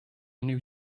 new